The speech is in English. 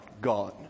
gone